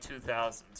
2000s